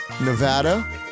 Nevada